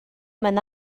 man